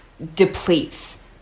depletes